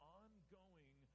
ongoing